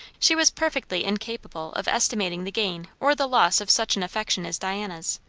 she was perfectly incapable of estimating the gain or the loss of such an affection as diana's,